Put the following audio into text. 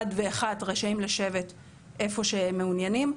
ואחת רשאים לשבת איפה שהם מעוניינים.